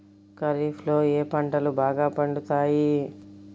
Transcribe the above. ఖరీఫ్లో ఏ పంటలు బాగా పండుతాయి?